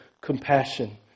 compassion